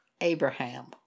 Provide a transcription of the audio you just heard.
Abraham